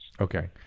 Okay